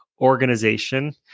organization